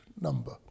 number